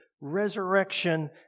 resurrection